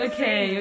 Okay